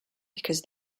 because